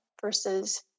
versus